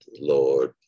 Lord